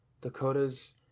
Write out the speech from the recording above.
Dakota's